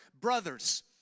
brothers